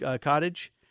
Cottage